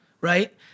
right